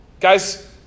Guys